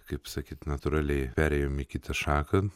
kaip sakyt natūraliai perėjom į kitą šaką